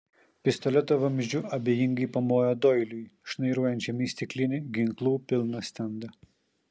pistoleto vamzdžiu abejingai pamojo doiliui šnairuojančiam į stiklinį ginklų pilną stendą